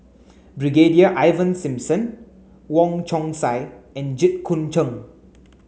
Brigadier Ivan Simson Wong Chong Sai and Jit Koon Ch'ng